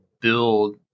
build